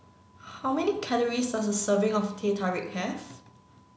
how many calories does a serving of Teh Tarik have